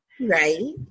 Right